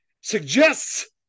suggests